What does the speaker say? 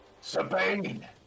Sabine